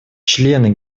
члены